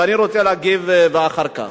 ואני רוצה להגיב אחר כך.